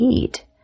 eat